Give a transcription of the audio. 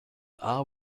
are